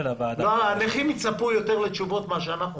הנכים יצפו יותר לתשובות מאשר אנחנו.